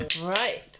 Right